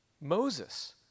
Moses